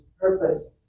purpose